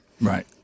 Right